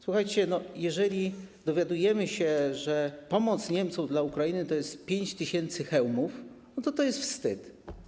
Słuchajcie, jeżeli dowiadujemy się, że pomoc Niemców dla Ukrainy to jest 5 tys. hełmów, to jest to wstyd.